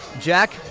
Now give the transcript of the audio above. Jack